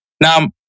Now